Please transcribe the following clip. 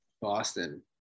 Boston